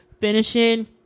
finishing